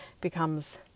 becomes